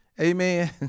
Amen